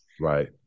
Right